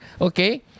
okay